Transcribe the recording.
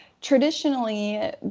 traditionally